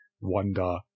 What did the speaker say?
wonder